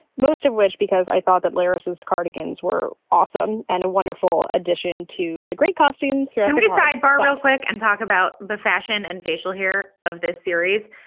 most of which because i thought that larissa's cardigans were awesome and a wonderful addition to the great costumes and sidebar we'll tlac and talk about the fashion and facial hair of this series.